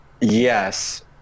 Yes